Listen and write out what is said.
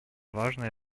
важное